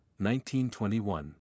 1921